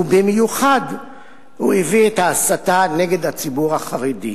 ובמיוחד הוא הביא את ההסתה נגד הציבור החרדי.